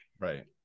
Right